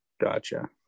Gotcha